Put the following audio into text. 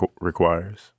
requires